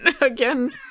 again